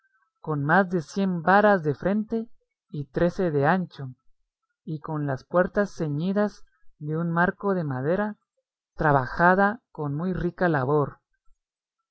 con más de cien varas de frente y trece de ancho y con las puertas ceñidas de un marco de madera trabajada con muy rica labor